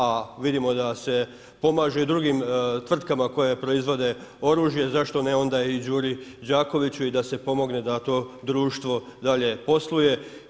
A vidimo da se pomaže i drugim tvrtkama koje proizvode oružje, zašto ne onda i Đuri Đakoviću i da se pomogne da to društvo dalje posluje.